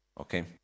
Okay